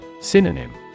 Synonym